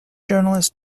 journalist